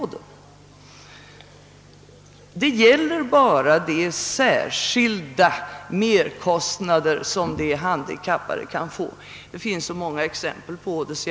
Det gäller bara de särskilda merkostnader som de handikappade drabbas av. Det finns många exempel på sådana merkostnader.